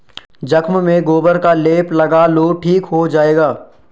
जख्म में गोबर का लेप लगा लो ठीक हो जाएगा